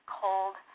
cold